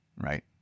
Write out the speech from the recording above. right